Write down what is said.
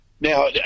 Now